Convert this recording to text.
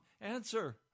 answer